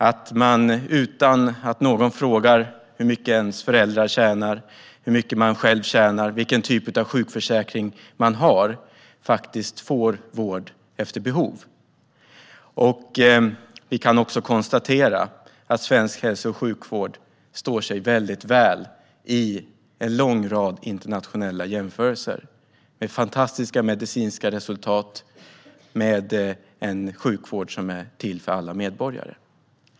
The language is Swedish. Att man utan att någon frågar hur mycket ens föräldrar tjänar, hur mycket man själv tjänar eller vilken typ av sjukförsäkring man har faktiskt får vård efter behov. Vi kan också konstatera att svensk hälso och sjukvård står sig väldigt väl i en lång rad internationella jämförelser med sina fantastiska medicinska resultat och sin vård som är till för alla medborgare.